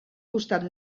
costat